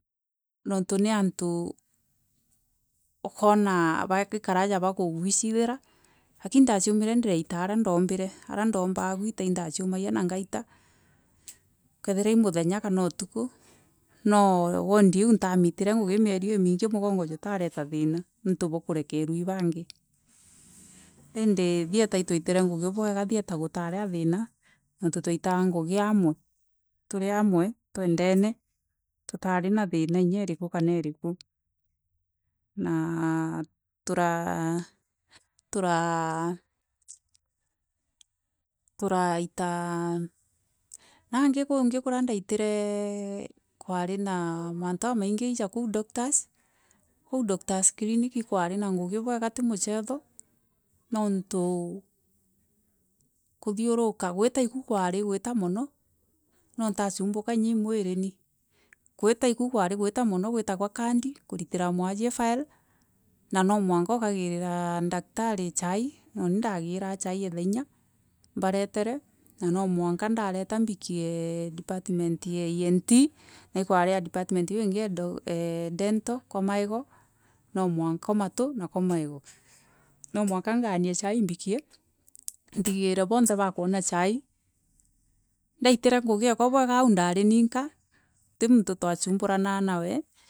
Nantû ni antû ijkoona bagikara ta baûgwicithira lakini indaicûmirie ndaraire ara ndaûmbire a ndaûmbaa gwira kwethira mûthenya kana ûthûkû, no wondi iû nfamiire. Ngûgi mleri imiingi mûgongo jûrareta thiina nontû bwa kûrekerûa i bangi endi thieta i twaifire ngûgi bwega, thieta kûfaari a thirii nontû itwaitaa ngûgi amwe rûri amwe twenfene, rûtari na thina inya irikû kana irikû. Naaa rûraa rûraa rûrataa nangi kûngi kûra ndaifire. Kwari na manto jamaingi ijakûo doctors koû doctors clinic. Kwarû na ngûgi bwega ndacûmbûka inya, mwiri ni kwifa ikiso kwari gwita mono, gwira kwa kandi kûrita mwasie fire na no, mwanka mbarefere no no mwanke ndoreta mbikie department ya, ENT na ikwari a department maigo nomwanka ngaanie chai mbikie, ningire bonthe bakoona chai, ndaifire ngûgi ekûa bwega aû ndari ninka ûti mûntû iwacûmbûranaa nawe. Na kûanika ikwari na ngûo aûragwa basi cia ariti ngûgi iria rûacincagia nontû ûtironga thieta na ngûo ciakûû cia nja na inya irarû wejaga ûkarita ndiromiria ndiraita na ndiramenyena na ndirenda ngûgi iû nontû twaitaga tûri ûrûmwe.